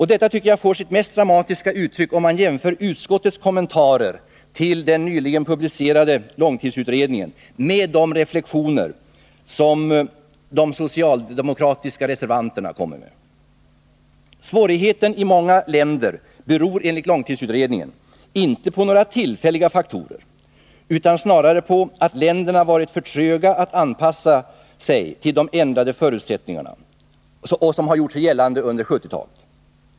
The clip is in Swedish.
Detta får sitt mest dramatiska uttryck om man jämför utskottets kommentarer till den nyligen publicerade långtidsutredningen med de reflexioner som de socialdemokratiska reservanterna kommer med. Svårigheterna i många länder beror enligt långtidsutredningen inte på några tillfälliga faktorer utan snarare på att länderna varit för tröga att anpassa sig till de ändrade förutsättningar som gjort sig gällande under 1970-talet.